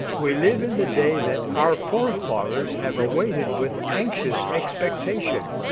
we live in the day that our forefathers have awaited with anxious expectation.